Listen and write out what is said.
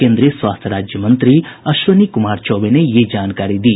केन्द्रीय स्वास्थ्य राज्य मंत्री अश्विनी कुमार चौबे ने यह जानकारी दी